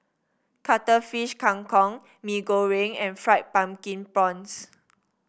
Cuttlefish Kang Kong Mee Goreng and Fried Pumpkin Prawns